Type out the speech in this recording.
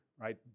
right